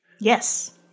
Yes